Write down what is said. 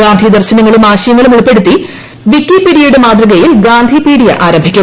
ഗാന്ധി ദർശനങ്ങളും ആശയങ്ങളും ഉൾപ്പെടുത്തി വിക്കി പീഡിയയുടെ മാതൃകയിൽ ഗാന്ധി പീഡിയ ആരംഭിക്കും